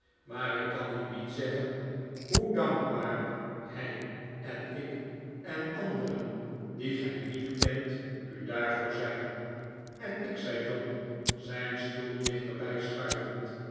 maar ik kan u niet zeggen hoe dankbaar hij en ik en anderen die gij niet kent u daarvoor zijn en ik zei john zijn stoel dichterbij schuivend